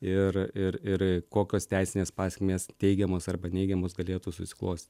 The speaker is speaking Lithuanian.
ir ir ir kokios teisinės pasekmės teigiamos arba neigiamos galėtų susiklostyt